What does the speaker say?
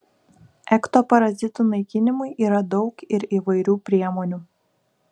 ekto parazitų naikinimui yra daug ir įvairių priemonių